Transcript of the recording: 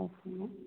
okay ma'am